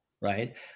right